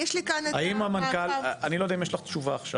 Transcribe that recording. אני לא יודע אם יש לך תשובה עכשיו.